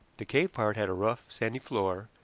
the cave part had a rough, sandy floor,